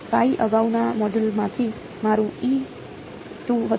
અગાઉના મોડ્યુલમાંથી મારું હતું